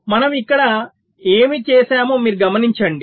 మనము ఇక్కడ ఏమి చేసామో మీరు గమనించండి